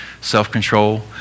self-control